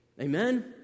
Amen